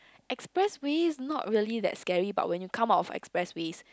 expressways not really that scary but when you come out of expressways